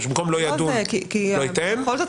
במקום "לא ידון" יהיה "לא ייתן" --- בכל זאת